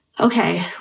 okay